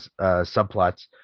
subplots